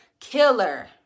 killer